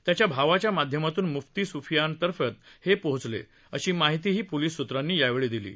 त्याच्या भावाच्या माध्यमातून मुफ्ती स्फियानपर्यंत ते पोहोचले अशी माहिती पोलीस सूत्रांनी दिली आहे